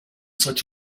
such